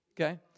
okay